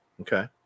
Okay